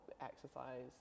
exercise